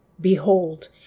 Behold